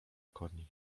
koni